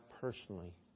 personally